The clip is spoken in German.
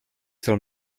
soll